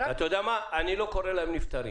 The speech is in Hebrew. אני לא קורא להם נפטרים